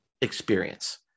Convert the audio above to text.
experience